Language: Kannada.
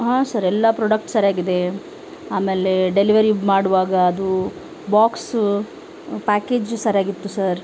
ಹಾಂ ಸರ್ ಎಲ್ಲ ಪ್ರಾಡಕ್ಟ್ ಸರಿಯಾಗಿದೆ ಆಮೇಲೆ ಡೆಲಿವರಿ ಮಾಡುವಾಗ ಅದು ಬಾಕ್ಸು ಪ್ಯಾಕೇಜು ಸರಿಯಾಗಿತ್ತು ಸರ್